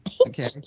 Okay